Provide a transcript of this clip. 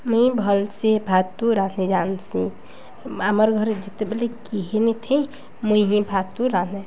ମୁଇଁ ଭଲ୍ ସେ ଭାତୁ ରାନ୍ଧି ଜାନ୍ସି ଆମର୍ ଘରେ ଯେତେବେଲେ କିହିନିଥେଇଁ ମୁଇଁ ହିଁ ଭାତୁ ରାନ୍ଧେ